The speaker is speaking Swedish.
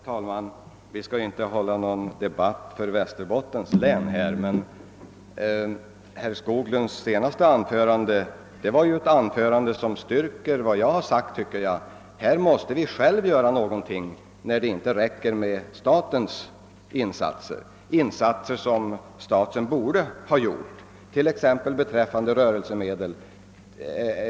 Herr talman! Vi skall väl här inte hålla någon debatt bara om Västerbottens län. Jag vill emellertid säga att herr Skoglunds senaste anförande styrker vad jag har sagt, nämligen att vi själva måste göra någonting när staten inte gör tillräckligt för att se till att företagen får exempelvis rörelsemedel.